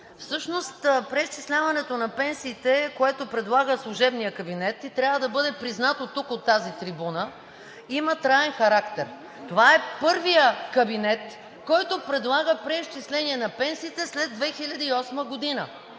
всъщност преизчисляването на пенсиите, което предлага служебният кабинет и трябва да бъде признато тук от тази трибуна, има траен характер. Това е първият кабинет, който предлага преизчисление на пенсиите след 2008 г.!